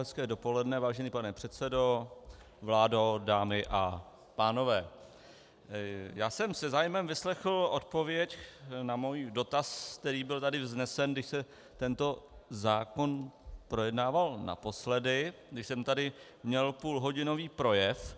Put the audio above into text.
Hezké dopoledne, vážený pane předsedo, vládo, dámy a pánové, se zájmem jsem vyslechl odpověď na můj dotaz, který tady byl vznesen, když se tento zákon projednával naposledy, kdy jsem tady měl půlhodinový projev.